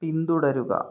പിന്തുടരുക